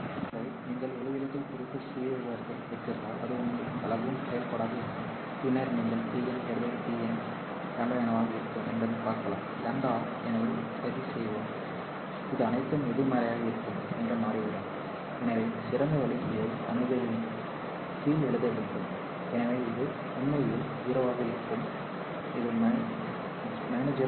ஒருமுறை நீங்கள் ஒளிவிலகல் குறியீட்டு சுயவிவரத்தை வைத்திருந்தால் அது உண்மையில் அழுகும் செயல்பாடாக இருக்கும் பின்னர் நீங்கள் dn d என்னவாக இருக்கும் என்பதைப் பார்க்கலாம் λ எனவே சதி செய்வோம் இது அனைத்தும் எதிர்மறையாக இருக்கும் என்று மாறிவிடும் எனவே சிறந்த வழி இதை அணுகலின் கீழ் எழுத வேண்டும் எனவே இது உண்மையில் 0 ஆக இருக்கும் இது 0